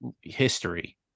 history